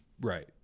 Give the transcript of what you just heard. Right